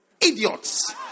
idiots